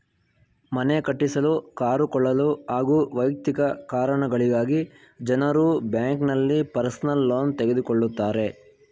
ಮನೆ ಕಟ್ಟಿಸಲು ಕಾರು ಕೊಳ್ಳಲು ಹಾಗೂ ವೈಯಕ್ತಿಕ ಕಾರಣಗಳಿಗಾಗಿ ಜನರು ಬ್ಯಾಂಕ್ನಲ್ಲಿ ಪರ್ಸನಲ್ ಲೋನ್ ತೆಗೆದುಕೊಳ್ಳುತ್ತಾರೆ